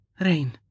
Rain